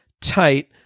tight